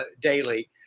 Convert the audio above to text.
daily